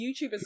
YouTubers